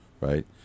right